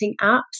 apps